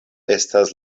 estas